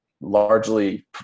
largely